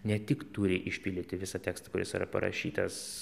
ne tik turi išpildyti visą tekstą kuris yra parašytas